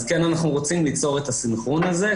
אז כן אנחנו רוצים ליצור את הסנכרון הזה,